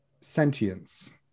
sentience